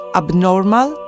abnormal